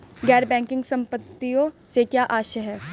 गैर बैंकिंग संपत्तियों से क्या आशय है?